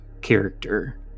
character